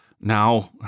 Now